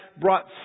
brought